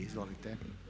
Izvolite.